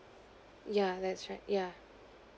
yeah that's right yeah